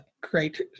great